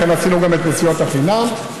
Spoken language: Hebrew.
לכן גם עשינו את נסיעות החינם,